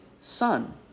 Son